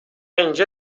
اینجا